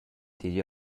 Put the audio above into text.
digl